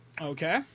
Okay